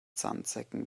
sandsäcken